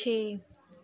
ਛੇ